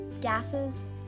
gases